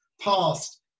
past